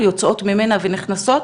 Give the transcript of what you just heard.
יוצאות ממנה ונכנסות.